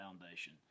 foundation